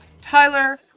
Tyler